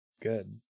Good